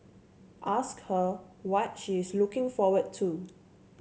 ask her what she is looking forward to